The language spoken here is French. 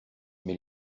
mais